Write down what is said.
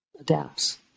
adapts